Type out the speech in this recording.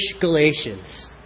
Galatians